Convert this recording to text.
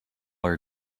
her